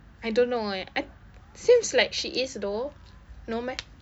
I don't know eh I th~ seems like she is though no meh